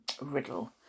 riddle